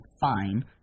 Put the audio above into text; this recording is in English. fine